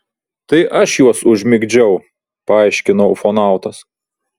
tai aš juos užmigdžiau paaiškino ufonautas